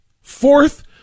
fourth